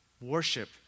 worship